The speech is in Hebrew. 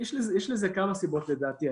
יש לזה כמה סיבות לדעתי.